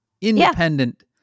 independent